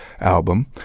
album